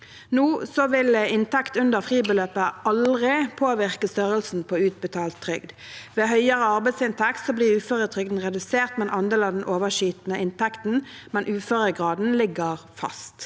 Nå vil inntekt under fribeløpet aldri påvirke størrelsen på utbetalt trygd. Ved høyere arbeidsinntekt blir uføretrygden redusert med en andel av den overskytende inntekten, men